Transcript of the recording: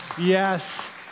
Yes